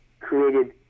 created